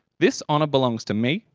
this honour belongs to me,